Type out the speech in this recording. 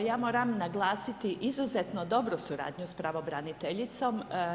Pa evo, ja moram naglasiti izuzetno dobru suradnju s Pravobraniteljicom.